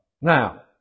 Now